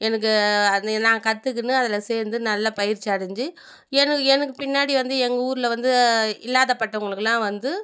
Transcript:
எனக்கு அது நான் கற்றுகினு அதில் சேர்ந்து நல்லா பயிற்சி அடைஞ்சு எனக்கு எனக்கு பின்னாடி வந்து எங்கள் ஊரில் வந்து இல்லாதபட்டவங்களுக்குலாம் வந்து